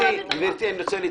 אני רוצה להתקדם.